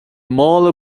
mála